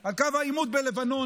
על קו העימות בלבנון,